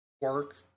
work